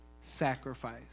sacrifice